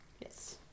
Yes